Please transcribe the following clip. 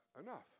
enough